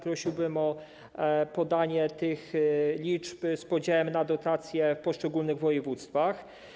Prosiłbym o podanie tych liczb z podziałem na dotacje w poszczególnych województwach.